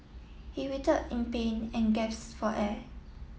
he writhed in pain and gasp for air